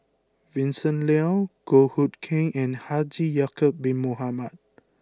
Vincent Leow Goh Hood Keng and Haji Ya'Acob bin Mohamed